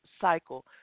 cycle